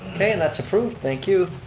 okay, and that's approved, thank you.